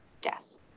death